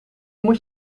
moet